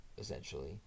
essentially